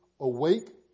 awake